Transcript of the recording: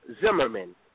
Zimmerman